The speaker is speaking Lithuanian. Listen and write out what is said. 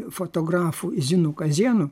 fotografu zinu kazėnu